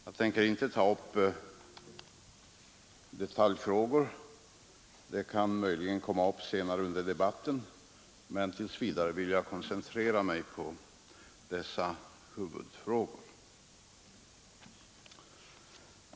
Jag tänker inte ta upp detaljfrågor — sådana kan möjligen komma upp senare under debatten, men tills vidare vill jag koncentrera mig på dessa huvudfrågor.